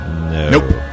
nope